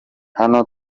hano